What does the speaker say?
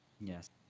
Yes